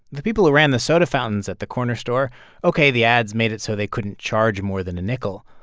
the people who ran the soda fountains at the corner store ok, the ads made it so they couldn't charge more than a nickel.